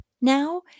now